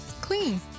Clean